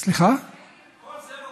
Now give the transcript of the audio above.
כל זה לא